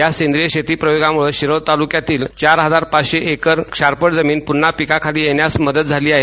या शेती सेंद्रिय प्रयोगामुळं शिरोळ तालुक्यातील चार हजार पाचशे एकर शारपड जमीन पुन्हा पिकाखाली येण्यास मदत झाली आहे